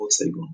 ברחובות סייגון.